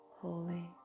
holy